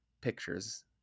pictures